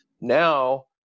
Now